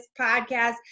podcast